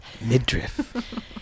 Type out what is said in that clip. Midriff